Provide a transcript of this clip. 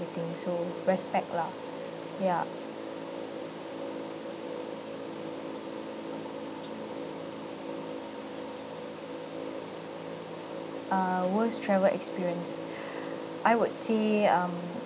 everything so respect lah ya err worst travel experience I would say um